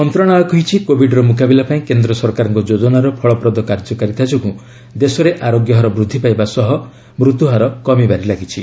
ମନ୍ତ୍ରଣାଳୟ କହିଛି କୋବିଡ୍ର ମ୍ରକାବିଲା ପାଇଁ କେନ୍ଦ୍ର ସରକାରଙ୍କ ଯୋଜନାର ଫଳପ୍ରଦ କାର୍ଯ୍ୟକାରିତା ଯୋଗୁଁ ଦେଶରେ ଆରୋଗ୍ୟ ହାର ବୃଦ୍ଧି ପାଇବା ସହ ମୃତ୍ୟୁ ହାର କମିବାରେ ଲାଗିଛି